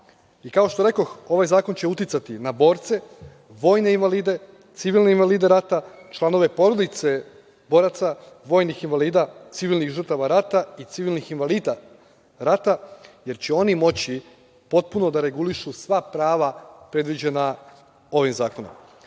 što rekoh ovaj zakon će uticati na borce, vojne invalide, civilne invalide rata, članove porodica boraca vojnih invalida, civilnih žrtava rata i civilnih invalida rata, jer će oni moći potpuno da regulišu sva prava predviđena ovim zakonom. Posebno